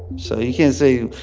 so you can't say,